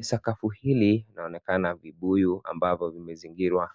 Sakafu hili linaonekana vibuyu ambavyo vimezingirwa